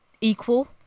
equal